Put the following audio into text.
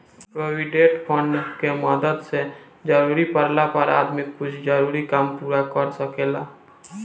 provident fund के मदद से जरूरत पाड़ला पर आदमी कुछ जरूरी काम पूरा कर सकेला